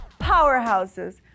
Powerhouses